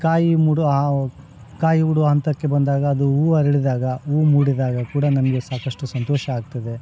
ಕಾಯಿ ಮೂಡೋ ಆ ಕಾಯಿ ಬಿಡೋ ಹಂತಕ್ಕೆ ಬಂದಾಗ ಅದು ಹೂ ಅರಳಿದಾಗ ಹೂ ಮೂಡಿದಾಗ ಕೂಡ ನನಗೆ ಸಾಕಷ್ಟು ಸಂತೋಷ ಆಗ್ತದೆ